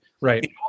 Right